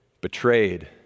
betrayed